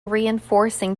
reinforcing